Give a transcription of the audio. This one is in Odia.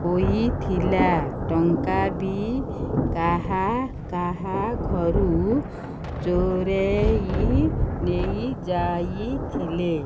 ହୋଇଥିଲା ଟଙ୍କା ବି କାହା କାହା ଘରୁ ଚୋରେଇ ନେଇ ଯାଇଥିଲେ